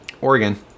Oregon